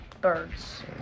birds